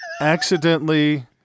accidentally